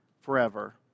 forever